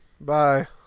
Bye